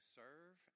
serve